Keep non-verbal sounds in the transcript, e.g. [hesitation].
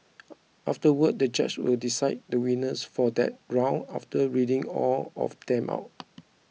[hesitation] afterwards the judge will decide the winner for that round after reading all of them out